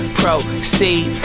proceed